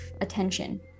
attention